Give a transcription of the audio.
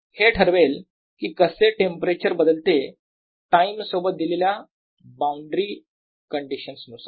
हे ठरवेल कि कसे टेंपरेचर बदलते टाईम सोबत दिलेल्या बाउंड्री कंडिशन्स नुसार